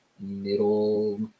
middle